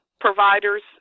providers